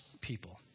people